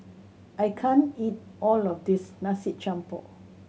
I can't eat all of this Nasi Campur